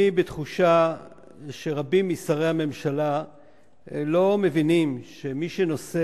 אני בתחושה שרבים משרי הממשלה לא מבינים שמי שנושא